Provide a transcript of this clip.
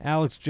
Alex